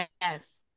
Yes